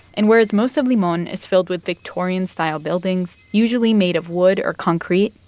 and whereas most of limon is filled with victorian-style buildings usually made of wood or concrete,